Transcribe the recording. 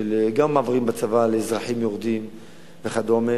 גם במעברים בצבא, אזרחים יורדים וכדומה.